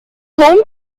home